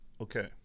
Okay